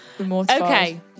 Okay